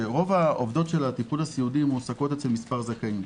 שרוב העובדות של הטיפול הסיעודי מועסקות אצל מספר זכאים.